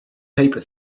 paper